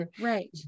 right